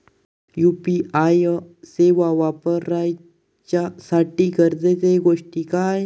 UPI सेवा वापराच्यासाठी गरजेचे गोष्टी काय?